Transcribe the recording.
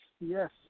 yes